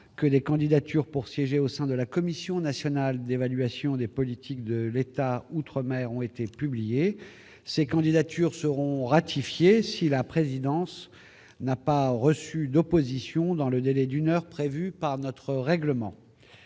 que des candidatures pour siéger au sein de la Commission nationale d'évaluation des politiques de l'État outre-mer ont été publiées. Ces candidatures seront ratifiées si la présidence n'a pas reçu d'opposition dans le délai d'une heure prévu par notre règlement.